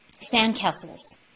Sandcastles